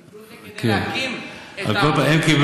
הם קיבלו את זה כדי להקים את העבודה עכשיו,